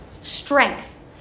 strength